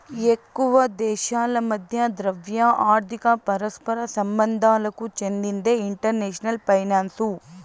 ఎక్కువ దేశాల మధ్య ద్రవ్య, ఆర్థిక పరస్పర సంబంధాలకు చెందిందే ఇంటర్నేషనల్ ఫైనాన్సు